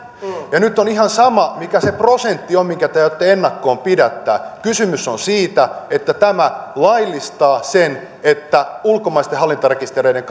nyt on ihan sama mikä se prosentti on minkä te aiotte ennakkoon pidättää kysymys on siitä että tämä laillistaa sen että ulkomaisten hallintarekistereiden